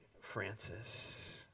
Francis